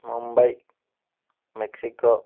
Mumbai Mexico